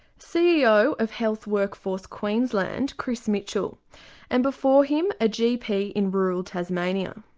ceo of health workforce queensland chris mitchell and before him a gp in rural tasmania.